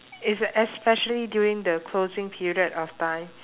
it's at especially during the closing period of time